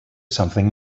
something